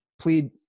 Plead